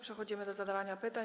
Przechodzimy do zadawania pytań.